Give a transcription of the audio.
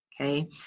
okay